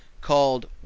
called